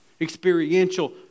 experiential